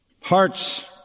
Hearts